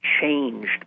changed